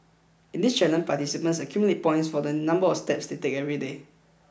in this challenge participants accumulate points for the number of steps they take every day